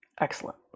Excellent